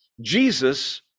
Jesus